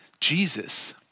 Jesus